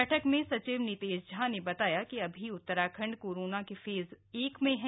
बैठक में सचिव नितेश झा ने बताया कि अभी उत्तराखंड कोरोना के फेज एक में ही है